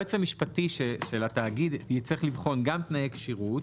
היועץ המשפטי של התאגיד יצטרך לבחון גם תנאי כשירות,